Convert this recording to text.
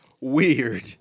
weird